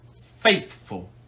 faithful